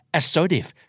assertive